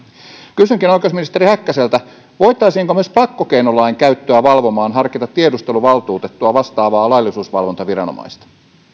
kysynkin oikeusministeri häkkäseltä voitaisiinko myös pakkokeinolain käyttöä valvomaan harkita tiedusteluvaltuutettua vastaavaa laillisuusvalvontaviranomaista